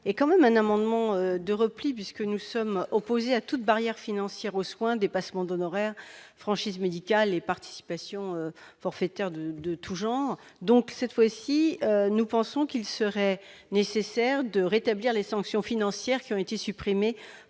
est quand même un amendement de repli puisque nous sommes opposés à toute barrière financière aux soins dépassements d'honoraires, franchises médicales et participations forfaitaires de de tous genres, donc cette fois-ci, nous pensons qu'il serait nécessaire de rétablir les sanctions financières. Qui ont été supprimées